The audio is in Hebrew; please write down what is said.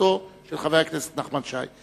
בהצעתו של חבר הכנסת נחמן שי.